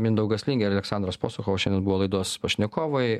mindaugas lingė ir aleksandras posuchovas šiandien buvo laidos pašnekovai